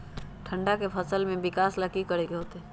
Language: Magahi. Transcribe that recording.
ठंडा में फसल के विकास ला की करे के होतै?